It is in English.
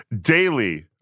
daily